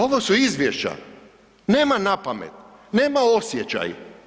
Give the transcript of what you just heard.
Ovo su izvješća, nema napamet, nema osjećaj.